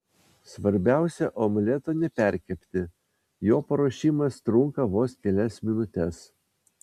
svarbiausia omleto neperkepti jo paruošimas trunka vos kelias minutes